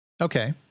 Okay